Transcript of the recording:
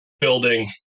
building